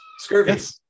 scurvy